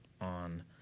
on